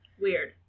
Weird